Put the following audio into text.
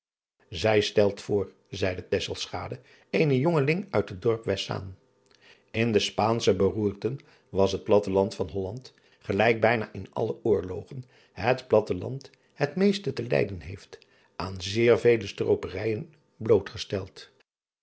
ij stelt voor zeide eenen jongeling uit het dorp estzaan n de paansche beroerten was het platte land van olland gelijk bijna in alle oorlogen het platte land het meest te lijden heeft aan zeer vele strooperijen blootgesteld